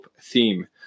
theme